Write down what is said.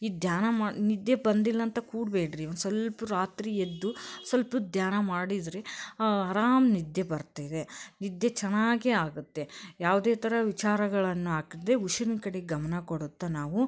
ಈ ಧ್ಯಾನ ಮಾ ನಿದ್ದೆ ಬಂದಿಲ್ಲ ಅಂತ ಕೂಡಬೇಡ್ರಿ ಒಂದು ಸ್ವಲ್ಪ ರಾತ್ರಿ ಎದ್ದು ಸ್ವಲ್ಪ ಹೊತ್ ಧ್ಯಾನ ಮಾಡಿದರೆ ಅರಾಮ ನಿದ್ದೆ ಬರ್ತಿದೆ ನಿದ್ದೆ ಚೆನ್ನಾಗೇ ಆಗುತ್ತೆ ಯಾವುದೇ ಥರ ವಿಚಾರಗಳನ್ನು ಹಾಕದೆ ಉಸ್ರಿನ ಕಡೆ ಗಮನ ಕೊಡುತ್ತ ನಾವು